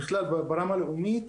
בכלל ברמה הלאומית,